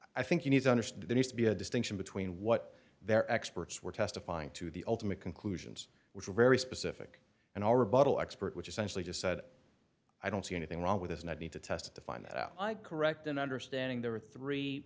i think you need to understand the need to be a distinction between what their experts were testifying to the ultimate conclusions which were very specific and all rebuttal expert which essentially just said i don't see anything wrong with this and i need to test it to find that out i correct in understanding there are three